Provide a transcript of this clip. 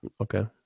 Okay